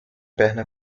perna